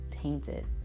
tainted